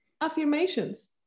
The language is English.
Affirmations